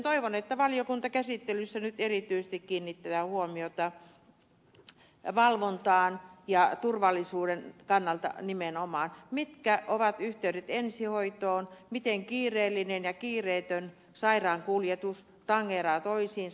toivon että valiokuntakäsittelyssä nyt erityisesti kiinnitetään huomiota valvontaan ja turvallisuuden kannalta nimenomaan mitkä ovat yh teydet ensihoitoon miten kiireellinen ja kiireetön sairaankuljetus tangeraavat toisiinsa